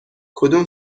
کدوم